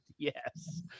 Yes